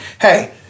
Hey